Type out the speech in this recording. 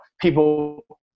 people